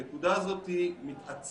הנקודה הזאת מתעצמת